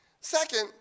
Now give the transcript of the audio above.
Second